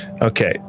Okay